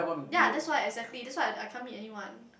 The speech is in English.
ya that's why exactly that's why I I can't meet anyone